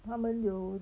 他们有